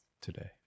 today